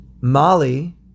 Molly